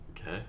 Okay